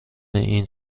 این